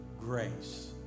Grace